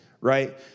right